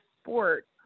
sport